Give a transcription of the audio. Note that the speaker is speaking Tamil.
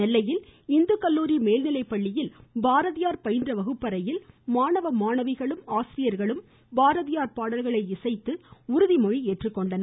நெல்லையில் இந்து கல்லூரி மேல்நிலைப்பள்ளியில் பாரதியார் பயின்ற வகுப்பறையில் மாணவ மாணவிகளும் ஆசிரியர்களும் பாரதியார் பாடல்களை இசைத்து உறுதிமொழி ஏற்றுக்கொண்டனர்